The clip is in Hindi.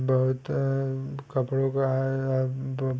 बहुत कपड़ों का बहुत